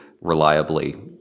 reliably